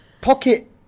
pocket